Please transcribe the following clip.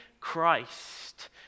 Christ